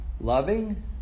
loving